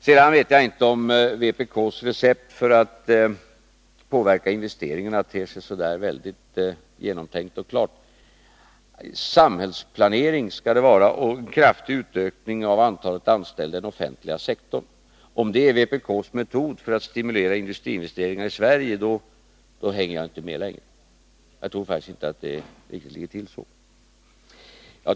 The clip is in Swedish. Sedan vet jag inte om vpk:s recept för att påverka investeringarna ter sig särskilt genomtänkt och klart. Samhällsplanering skall det vara och kraftiga utökningar av antalet anställda i den offentliga sektorn! Om det är vpk:s metod för att stimulera industriinvesteringarna i Sverige hänger jag inte med längre. Jag tror faktiskt inte att det riktigt ligger till så att det kan ge resultat.